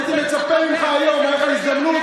הייתי מצפה ממך היום, הייתה לך הזדמנות,